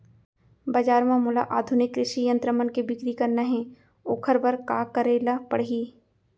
बजार म मोला आधुनिक कृषि यंत्र मन के बिक्री करना हे ओखर बर का करे ल पड़ही?